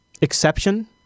exception